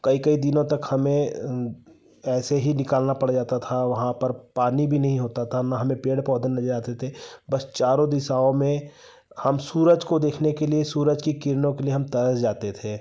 कई कई दीनों तक हमें ऐसे ही निकालना पड़ जाता था वहाँ पर पानी भी नहीं होता था ना हमें पेड़ पौधे मिल जाते थे बस चारों दिशाओं में हम सूरज को देखने के लिए सूरज की किरणों के लिए हम तरस जाते थे